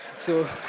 so